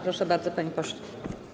Proszę bardzo, panie pośle.